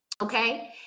Okay